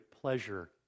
pleasure